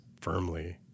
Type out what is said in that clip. firmly